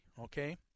okay